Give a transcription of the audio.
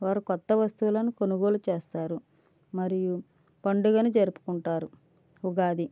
వారు కొత్త వస్తువులను కొనుగోలు చేస్తారు మరియు పండుగను జరుపుకుంటారు ఉగాది